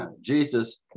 Jesus